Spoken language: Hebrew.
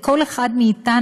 לכל אחד מאתנו,